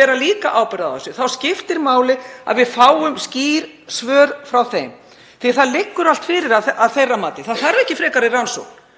bera líka ábyrgð á þessu, þá skiptir máli að við fáum skýr svör frá þeim. Það liggur allt fyrir að þeirra mati. Það þarf ekki frekari rannsókn.